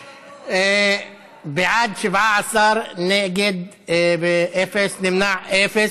בעד, 17, נגד, אפס, נמנעים, אפס.